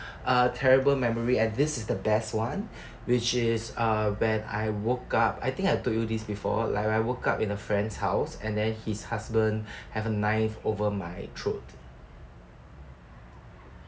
a terrible memory and this is the best one which is uh when I woke up I think I told you this before like I woke up in a friend's house and then his husband have a knife over my throat